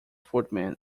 footman